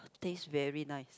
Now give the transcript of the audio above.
taste very nice